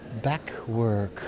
Backwork